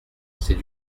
c’est